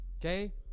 okay